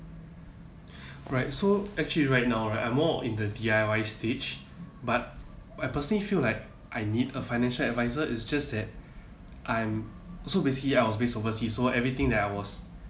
right so actually right now right I more in the D_I_Y stage but I personally feel like I need a financial advisor it's just that I'm so basically I was based overseas so everything that I was